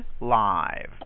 live